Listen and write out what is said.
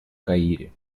каире